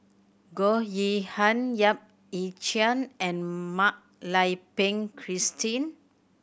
Goh Yihan Yap Ee Chian and Mak Lai Peng Christine